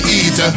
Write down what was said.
eat